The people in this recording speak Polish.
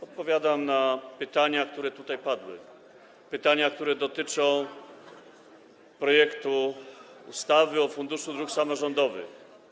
Odpowiadam na pytania, które tutaj padły i które dotyczą projektu ustawy o Funduszu Dróg Samorządowych.